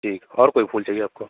ठीक और कोई फूल चाहिए आपको